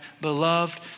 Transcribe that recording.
beloved